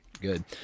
Good